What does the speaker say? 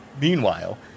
Meanwhile